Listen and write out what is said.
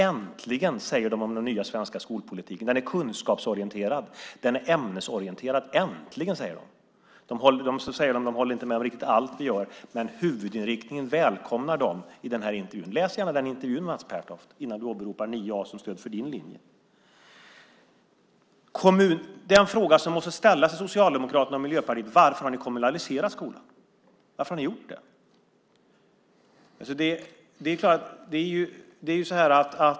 "Äntligen", säger de om den nya svenska skolpolitiken. Den är kunskapsorienterad. Den är ämnesorienterad. "Äntligen", säger de. De stöder inte riktigt allt som vi gör, men huvudinriktningen välkomnar de i den här intervjun. Läs gärna den intervjun, Mats Pertoft, innan du åberopar Klass 9 A som stöd för din linje. Den fråga som måste ställas till Socialdemokraterna och Miljöpartiet är: Varför har ni kommunaliserat skolan? Varför har ni gjort det?